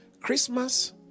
Christmas